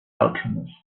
alchemist